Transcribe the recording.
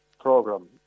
program